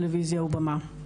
טלויזיה ובמה.